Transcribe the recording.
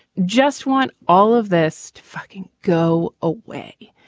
just want all of this to fucking go away.